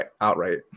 outright